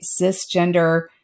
cisgender